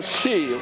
see